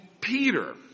Peter